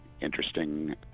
interesting